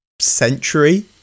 century